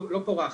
לא פורחת,